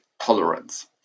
tolerance